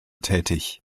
tätig